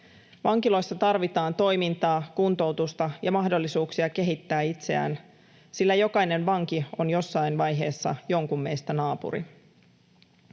Vankiloissa tarvitaan toimintaa, kuntoutusta ja mahdollisuuksia kehittää itseään, sillä jokainen vanki on jossain vaiheessa jonkun meistä naapuri.